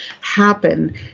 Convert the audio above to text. happen